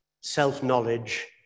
self-knowledge